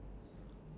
mmhmm